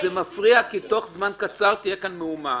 זה מפריע, כי תוך זמן קצר תהיה כאן מהומה.